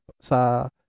sa